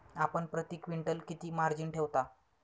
आपण प्रती क्विंटल किती मार्जिन ठेवता?